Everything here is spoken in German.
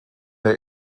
der